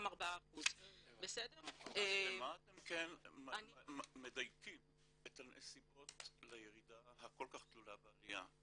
4%. במה אתם מדייקים את הנסיבות לירידה הכל כך תלולה בעליה?